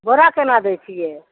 बोरा केना दै छियै